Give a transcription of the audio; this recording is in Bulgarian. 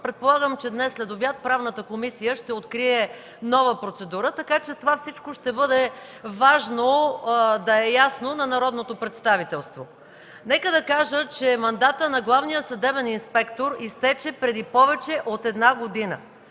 предполагам, че днес следобед Правната комисия ще открие нова процедура. Така че ще бъде важно всичко това да е ясно на народното представителство. Нека да кажа, че мандатът на главния съдебен инспектор изтече преди повече от една година